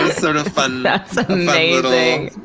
sort of fun. that's amazing.